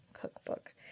cookbook